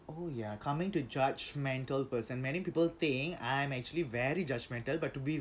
oh ya coming to judgemental person many people think I am actually very judgmental but to be